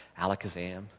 alakazam